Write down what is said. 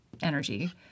energy